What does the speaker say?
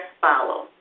follow